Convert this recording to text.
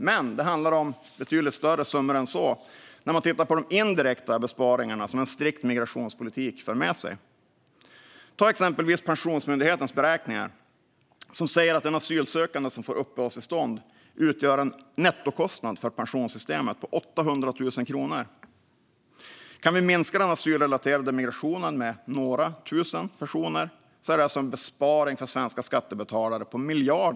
Men det handlar om betydligt större summor än så, vilket man ser när man tittar på de indirekta besparingar som en strikt migrationspolitik för med sig. Ta exempelvis Pensionsmyndighetens beräkningar, som visar att en asylsökande som får uppehållstillstånd utgör en nettokostnad för pensionssystemet på 800 000 kronor! Kan vi minska den asylrelaterade migrationen med några tusen personer är det alltså en besparing på miljarder för svenska skattebetalare.